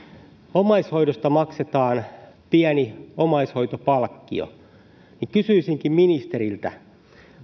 omaishoidosta maksetaan pieni omaishoitopalkkio kysyisinkin ministeriltä